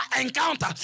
encounter